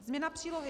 Změna Přílohy